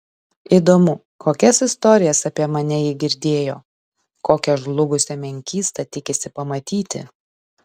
įdomu kokias istorijas apie mane ji girdėjo kokią žlugusią menkystą tikisi pamatyti